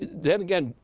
then again,